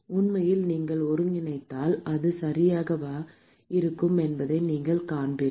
உண்மையில் நீங்கள் ஒருங்கிணைத்தால் அது சரியாகவே இருக்கும் என்பதை நீங்கள் காண்பீர்கள்